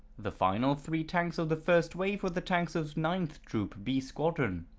the final three tanks of the first wave were the tanks of nine troop, b squadron.